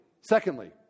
Secondly